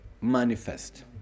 manifest